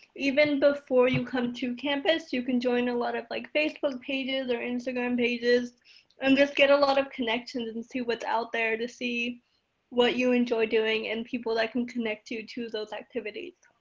even before you come to campus, you can join a lot of like facebook pages or instagram pages and just get a lot of connections and see what's out there to see what you enjoy doing and people that can connect you to those activities.